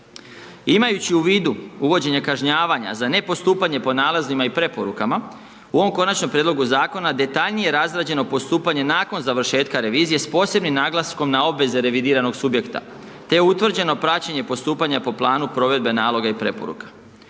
Imajući u vidu, uvođenje kažnjavanja za nepostupanje po nalazima i preporukama u ovom konačnom prijedlogu zakona, detaljnije je razrađeno postupanje nakon završetka revizije s posebnim naglaskom na obveze revidiranog subjekta, te je utvrđeno praćenje postupanje po planu provedbe naloga i preporuka.